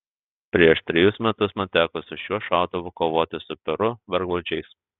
prieš trejus metus man teko su šiuo šautuvu kovoti su peru vergvaldžiais